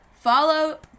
follow